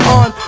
on